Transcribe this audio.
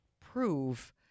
prove